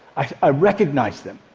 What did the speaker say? i recognized them.